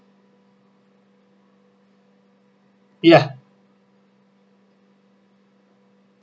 ya